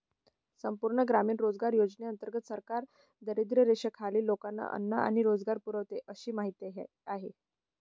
संपूर्ण ग्रामीण रोजगार योजनेंतर्गत सरकार दारिद्र्यरेषेखालील लोकांना अन्न आणि रोजगार पुरवते अशी माहिती आहे